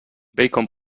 bacon